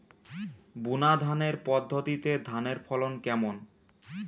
বুনাধানের পদ্ধতিতে ধানের ফলন কেমন?